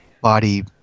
body